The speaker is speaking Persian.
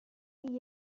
این